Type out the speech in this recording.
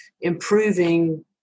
improving